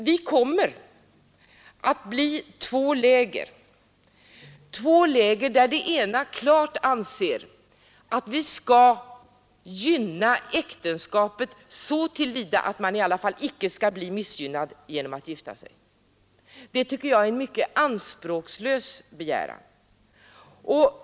Vi kommer nämligen att bilda två läger, där det ena klart anser att vi skall slå vakt om äktenskapet så till vida att man i alla fall icke skall bli missgynnad genom att gifta sig. Det tycker jag är en mycket anspråkslös begäran.